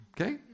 Okay